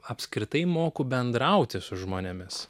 apskritai moku bendrauti su žmonėmis